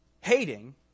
hating